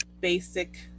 basic